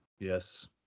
Yes